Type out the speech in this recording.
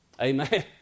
Amen